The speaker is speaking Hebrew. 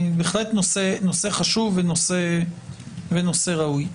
זה בהחלט נושא חשוב ונושא ראוי.